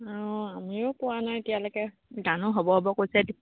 অঁ আমিও পোৱা নাই এতিয়ালৈকে জানো হ'ব হ'ব কৈছে